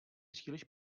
příliš